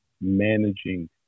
managing